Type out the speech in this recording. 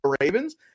Ravens